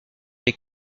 des